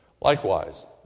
likewise